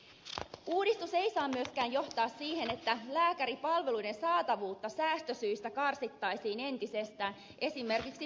uudistus ei saa myöskään johtaa siihen että lääkäripalveluiden saatavuutta säästösyistä karsittaisiin entisestään esimerkiksi pitkäaikaishoidossa